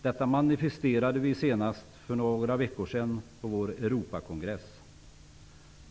Detta manifesterade vi senast för några veckor sedan på vår Europakongress.